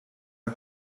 are